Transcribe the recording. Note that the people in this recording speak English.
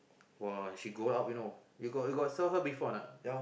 !wah! she grow up you know you got you got saw her before or not